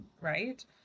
right